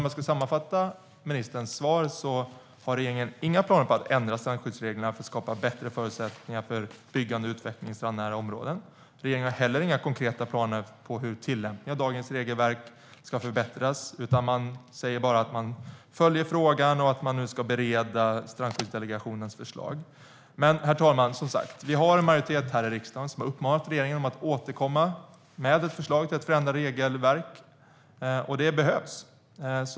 För att sammanfatta ministerns svar har regeringen inga planer på att ändra strandsskyddsreglerna och skapa bättre förutsättningar för byggande och utveckling i strandnära områden. Regeringen har heller inga konkreta planer på hur tillämpningen av dagens regelverk ska förbättras, utan man säger bara att man följer frågan och att man nu ska bereda Strandskyddsdelegationens förslag. Men, herr talman, vi har en majoritet här i riksdagen som har uppmanat regeringen att återkomma med ett förslag till förändrat regelverk. Det behövs.